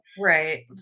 right